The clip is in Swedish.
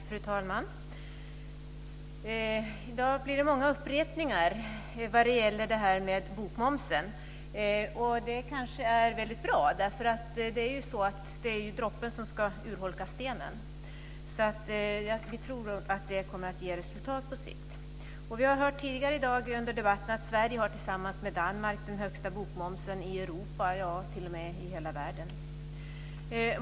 Fru talman! I dag blir det många upprepningar vad gäller detta med bokmomsen. Det kanske är väldigt bra. Det är ju droppen som ska urholka stenen. Vi tror nog att detta kommer att ge resultat på sikt. Som vi hört tidigare under debatten i dag har Sverige tillsammans med Danmark den högsta bokmomsen i Europa, t.o.m. i världen.